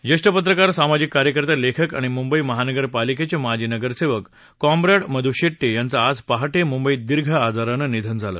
ज्येष्ठ पत्रकार सामाजिक कार्यकर्ते लेखक आणि मृंबई महानगर पालिकेचे माजी नगरसेवक कॉप्रेड मध् शेट्ये यांचं आज पहाटे मंबईत दीर्घ आजारानं निधन झालं